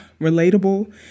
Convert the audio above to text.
relatable